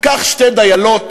קח שתי דיילות,